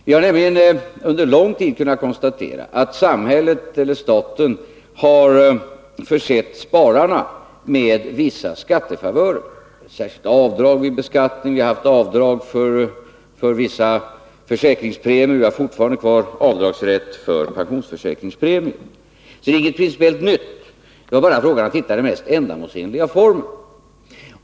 Vi hade nämligen under lång tid kunnat konstatera att staten försett spararna med vissa skattefavörer i form av särskilda avdrag vid beskattningen — vi har haft avdrag för vissa försäkringspremier och vi har fortfarande kvar rätt till avdrag för pensionsförsäkringspremier. Det var alltså inte fråga om att införa någonting principiellt nytt, utan bara om att hitta den mest ändamålsenliga formen.